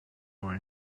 more